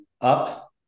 up